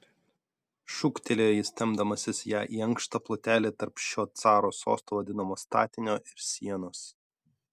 šūktelėjo jis tempdamasis ją į ankštą plotelį tarp šio caro sostu vadinamo statinio ir sienos